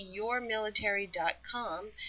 YourMilitary.com